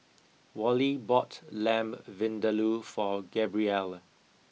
Wally bought Lamb Vindaloo for Gabrielle